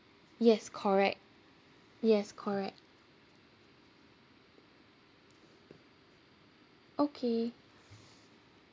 yes correct yes correct okay